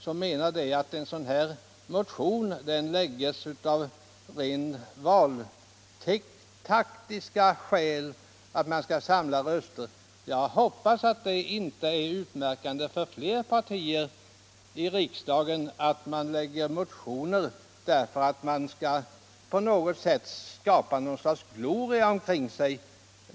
Hon menade att en sådan här motion väckts av rent valtaktiska skäl, alltså för att samla röster. Jag hoppas att det inte är utmärkande för andra partier i riksdagen att man väcker motioner för att skapa något slags gloria kring sig.